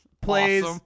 plays